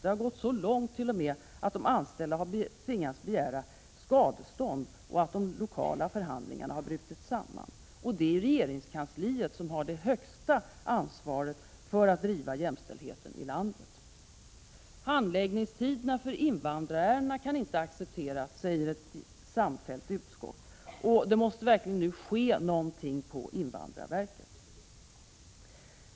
Det har gått så långt att de anställda tvingats begära skadestånd och att de lokala förhandlingarna brutit samman. Regeringskansliet har det högsta ansvaret för jämställdheten i landet. Handläggningstiderna för invandrarärendena kan inte accepteras, säger ett samfällt utskott. Det måste verkligen ske något på invandrarverket.